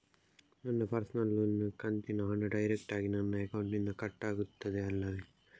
ನನ್ನ ಪರ್ಸನಲ್ ಲೋನಿನ ಕಂತಿನ ಹಣ ಡೈರೆಕ್ಟಾಗಿ ನನ್ನ ಅಕೌಂಟಿನಿಂದ ಕಟ್ಟಾಗುತ್ತದೆ ಅಲ್ಲವೆ?